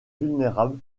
vulnérable